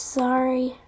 sorry